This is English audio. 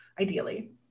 ideally